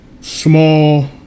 small